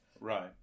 Right